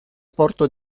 porto